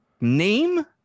Name